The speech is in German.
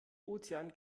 ozean